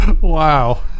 Wow